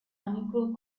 unequal